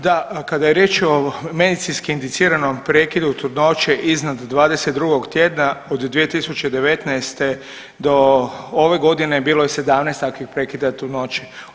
Da, kada je riječ o medicinski indiciranom prekidu trudnoće iznad 22 tjedna, od 2019. do ove godine bilo je 17 takvih prekida trudnoće.